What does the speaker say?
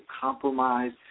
compromise